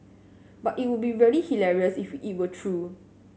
but it would be really hilarious if it were true